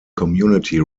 community